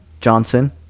Johnson